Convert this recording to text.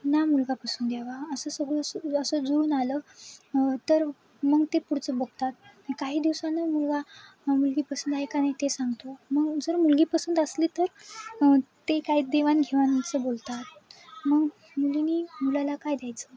ना मुलगा पसंत यावा असं सगळं सु असं जुळून आलं तर मग ते पुढचं बघतात काही दिवसानं मुलगा मुलगी पसंत आहे का नाही ते सांगतो मग जर मुलगी पसंत असली तर ते काही देवाणघेवाणीचं बोलतात मग मुलीने मुलाला काय द्यायचं